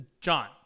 John